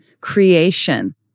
creation